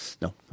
No